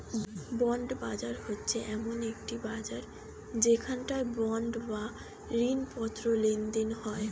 bond বাজার হচ্ছে এমন একটি বাজার যেখানে বন্ড বা ঋণপত্র লেনদেন হয়